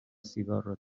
سیگارو